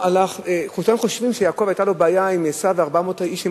כולם חושבים שליעקב היתה בעיה עם עשו ו-400 האיש שעמו.